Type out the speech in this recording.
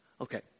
Okay